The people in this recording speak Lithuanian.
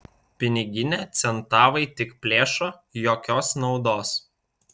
piniginę centavai tik plėšo jokios naudos